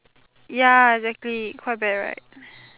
ya exactly quite bad right